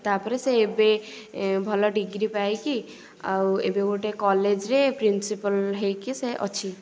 ତା'ପରେ ସେ ଏବେ ଭଲ ଡିଗ୍ରୀ ପାଇକି ଆଉ ଏବେ ଗୋଟେ କଲେଜ୍ରେ ପ୍ରିନ୍ସିପାଲ୍ ହେଇକି ସେ ଅଛି